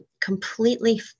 completely